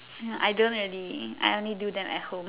no I don't really I only do them at home